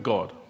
God